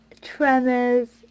tremors